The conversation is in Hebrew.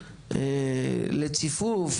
לציפוף,